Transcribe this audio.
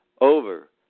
over